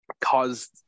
caused